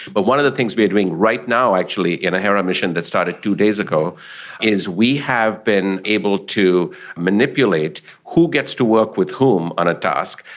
but one of the things we are doing right now actually in a hera mission that started two days ago is we have been able to manipulate who gets to work with whom on a task.